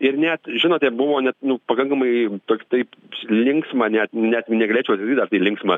ir net žinote buvo net pakankamai toks taip linksma net net negalėčiau apie linksmą